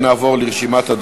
לקצבה),